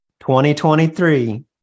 2023